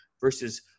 versus